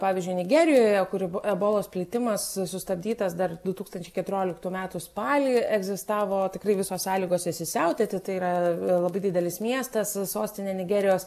pavyzdžiui nigerijoje kuri ebolos plitimas sustabdytas dar du tūkstančiai keturioliktų metų spalį egzistavo tikrai visos sąlygos įsisiautėti tai yra labai didelis miestas sostinė nigerijos